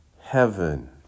heaven